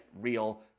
real